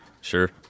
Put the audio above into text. Sure